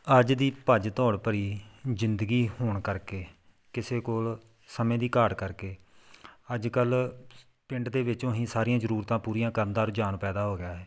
ਅੱਜ ਦੀ ਭੱਜ ਦੌੜ ਭਰੀ ਜ਼ਿੰਦਗੀ ਹੋਣ ਕਰਕੇ ਕਿਸੇ ਕੋਲ ਸਮੇਂ ਦੀ ਘਾਟ ਕਰਕੇ ਅੱਜ ਕੱਲ੍ਹ ਪਿੰਡ ਦੇ ਵਿੱਚੋਂ ਹੀ ਅਸੀਂ ਸਾਰੀਆਂ ਜ਼ਰੂਰਤਾਂ ਪੂਰੀਆਂ ਕਰਨ ਦਾ ਰੁਝਾਨ ਪੈਦਾ ਹੋ ਗਿਆ ਹੈ